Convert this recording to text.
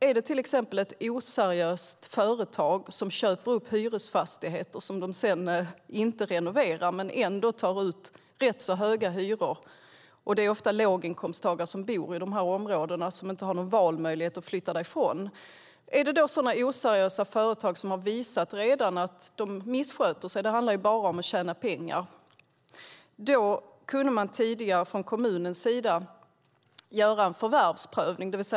Är det till exempel ett oseriöst företag som köper upp hyresfastigheter som man sedan inte renoverar men ändå tar ut ganska höga hyror för - det handlar ju bara om att tjäna pengar - och som redan har visat att man missköter sig kunde kommunen tidigare göra en förvärvsprövning. Det är ofta låginkomsttagare som bor i de här områdena, och de har inte någon valmöjlighet att flytta därifrån.